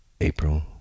April